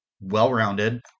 well-rounded